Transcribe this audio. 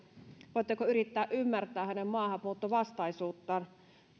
voitteko yrittää ymmärtää hänen maahanmuuttovastaisuuttaan